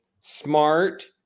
smart